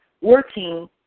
working